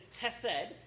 chesed